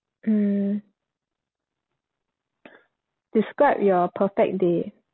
mm describe your perfect day